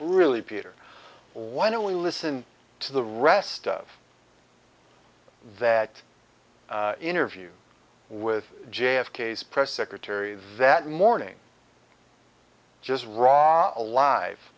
really peter why don't we listen to the rest of that interview with j f k s press secretary that morning just raw alive